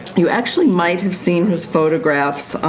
you actually might have seen his photographs.